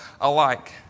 alike